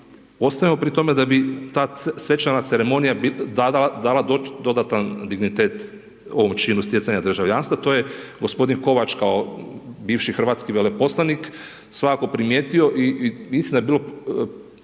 ostajemo pri tome, da bi ta svečana ceremonija dala dodatan dignitet ovo činu stjecanja državništva, to je g. Kovač kao bivši hrvatski veleposlanik, svakako primijetio. I mislim da je bilo